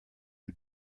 who